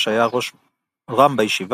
שהיה ר"מ בישיבה,